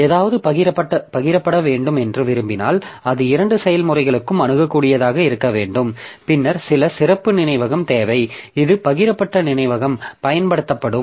ஏதாவது பகிரப்பட வேண்டும் என்று விரும்பினால் அது இரண்டு செயல்முறைகளுக்கும் அணுகக்கூடியதாக இருக்க வேண்டும் பின்னர் சில சிறப்பு நினைவகம் தேவை இது பகிரப்பட்ட நினைவகமாக பயன்படுத்தப்படும்